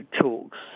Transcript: talks